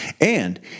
And